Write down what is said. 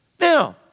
Now